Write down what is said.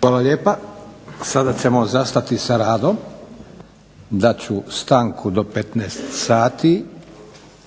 Hvala lijepa. Sada ćemo zastati sa radom. Dat ću stanku do 15 sati,